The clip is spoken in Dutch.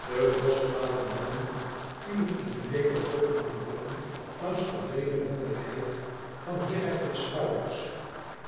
de rosvale manen vielen in vele golvende vlokken langs de breede mannelijkheid van herakles schouders